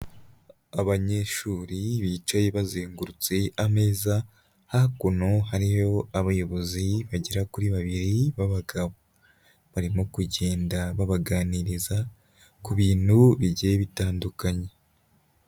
Abanyeshuri bicaye bazengurutse ameza, hakuno hariyo abayobozi bagera kuri babiri b'abagabo. Barimo kugenda babaganiriza ku bintu bigiye bitandukanye.